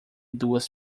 duas